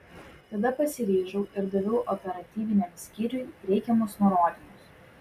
tada pasiryžau ir daviau operatyviniam skyriui reikiamus nurodymus